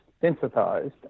synthesized